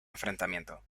enfrentamiento